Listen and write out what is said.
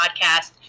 podcast